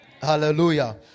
Hallelujah